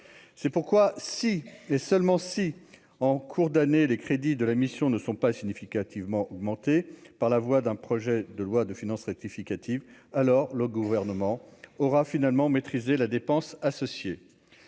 c'est pourquoi si et seulement si, en cours d'année, les crédits de la mission ne sont pas significativement augmenté par la voie d'un projet de loi de finances rectificative alors le gouvernement aura finalement maîtrisé la dépense associé